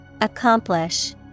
Accomplish